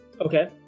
Okay